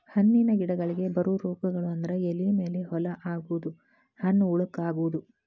ಹಣ್ಣಿನ ಗಿಡಗಳಿಗೆ ಬರು ರೋಗಗಳು ಅಂದ್ರ ಎಲಿ ಮೇಲೆ ಹೋಲ ಆಗುದು, ಹಣ್ಣ ಹುಳಕ ಅಗುದು